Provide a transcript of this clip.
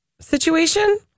situation